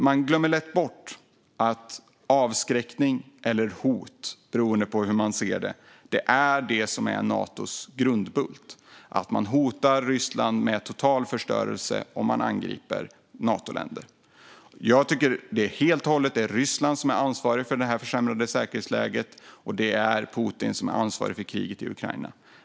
Man glömmer lätt bort att avskräckning eller hot, beroende på hur man ser det, är Natos grundbult. Man hotar Ryssland med total förstörelse om det angriper Natoländer. Det är helt och hållet Ryssland som är ansvarigt för det försämrade säkerhetsläget, och det är Putin som är ansvarig för kriget i Ukraina.